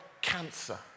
cancer